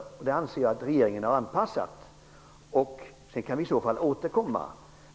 Jag anser att regeringen har gjort erforderlig anpassning. Om så är nödvändigt kan vi ju återkomma.